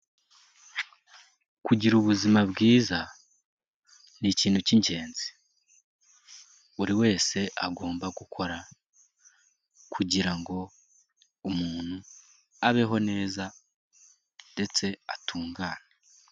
Kugira ubuzima bwiza, ni ikintu k'ingenzi buri wese agomba gukora kugira ngo ngo umuntu abeho neza ndetse atungane.